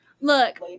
Look